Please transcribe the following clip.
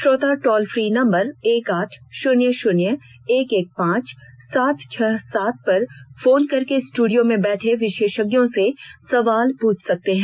श्रोता toll free number एक आठ शून्य शून्य एक एक पांच सात छह सात पर फोन करके स्टूडियों में बैठे विशेषज्ञों से सवाल पूछ सकते हैं